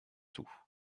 tout